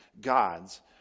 God's